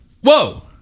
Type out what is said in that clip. Whoa